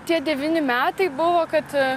tie devyni metai buvo kad